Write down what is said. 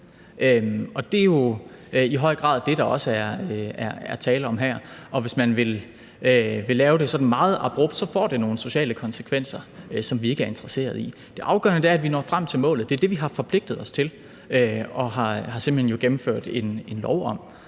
Det er jo i høj grad det, der også er tale om her, og hvis man vil lave det sådan meget abrupt, får det nogle sociale konsekvenser, som vi ikke er interesserede i. Det afgørende er, at vi når frem til målet; det er det, vi har forpligtet os til og jo simpelt hen har gennemført en lov om,